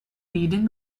reading